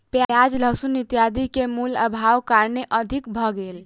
प्याज लहसुन इत्यादि के मूल्य, अभावक कारणेँ अधिक भ गेल